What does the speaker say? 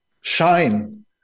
shine